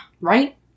Right